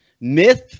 myth